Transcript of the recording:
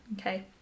okay